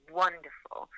wonderful